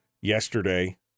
yesterday